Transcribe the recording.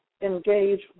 engage